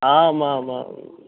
आम् आम् आम्